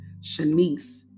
Shanice